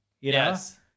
Yes